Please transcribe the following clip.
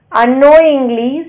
unknowingly